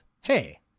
hey